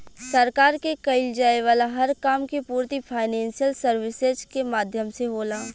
सरकार के कईल जाये वाला हर काम के पूर्ति फाइनेंशियल सर्विसेज के माध्यम से होला